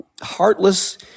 Heartless